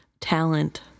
talent